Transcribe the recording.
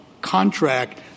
contract